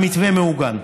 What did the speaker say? המתווה מעוגן,